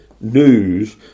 news